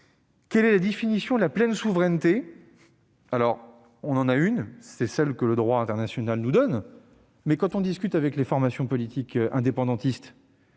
Quelle est la définition de la pleine souveraineté ? Nous avons certes la définition que le droit international nous propose. Mais quand on discute avec les formations politiques indépendantistes,